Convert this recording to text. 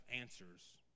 answers